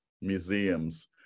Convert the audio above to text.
Museums